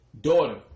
daughter